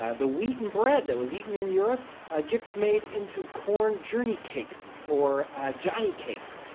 ah the wheat in bread that was eaten in europe gets made into corn journey cakes or johnny cakes,